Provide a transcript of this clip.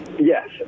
Yes